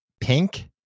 Pink